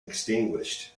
extinguished